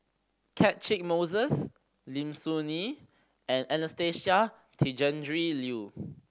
Catchick Moses Lim Soo Ngee and Anastasia Tjendri Liew